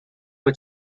for